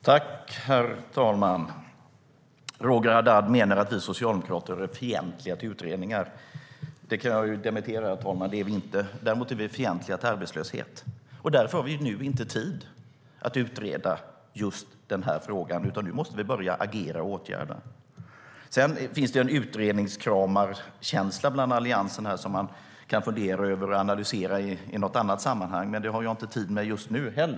Herr talman! Roger Haddad menar att vi socialdemokrater är fientliga till utredningar. Det kan jag dementera, herr talman. Det är vi inte. Däremot är vi fientliga till arbetslöshet. Därför har vi nu inte tid att utreda frågan, utan nu måste vi börja agera och vidta åtgärder. Det finns en utredningskramarkänsla bland Alliansens ledamöter som man kan fundera över och analysera i något annat sammanhang, men det har jag inte tid med just nu.